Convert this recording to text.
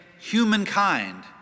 humankind